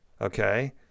okay